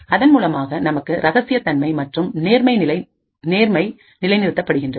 அதன் மூலமாக நமக்கு இரகசியத்தன்மை மற்றும் நேர்மை நிலை நிறுத்தப்படுகின்றது